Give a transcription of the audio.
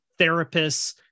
therapists